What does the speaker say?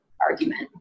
argument